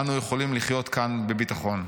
אנו יכולים לחיות כאן בביטחון.